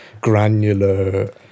granular